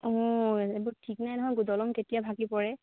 অঁ এইবোৰ ঠিক নাই নহয় গো দলং কেতিয়া ভাগি পৰে